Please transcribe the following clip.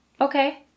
Okay